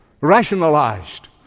rationalized